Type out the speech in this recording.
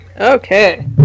Okay